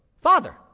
father